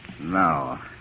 Now